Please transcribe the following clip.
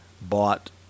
bought